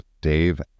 Dave